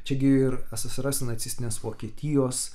čia gi ir ssrs nacistinės vokietijos